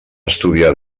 estudiar